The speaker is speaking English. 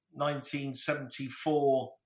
1974